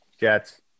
Jets